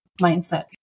mindset